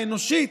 האנושית,